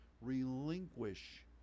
relinquish